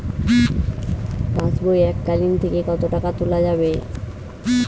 পাশবই এককালীন থেকে কত টাকা তোলা যাবে?